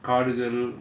காடுகள்:kaadugal